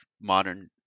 modern